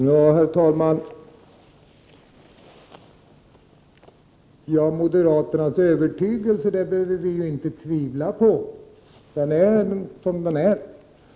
Herr talman! Moderaternas övertygelse behöver vi inte tvivla på — den är som den är.